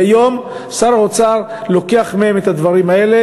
והיום שר האוצר לוקח מהם את הדברים האלה,